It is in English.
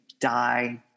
die